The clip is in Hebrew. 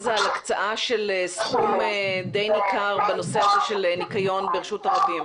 של סכום די ניכר בנושא של ניקיון ברשות הרבים.